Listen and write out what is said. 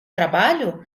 trabalho